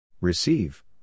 Receive